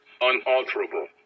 unalterable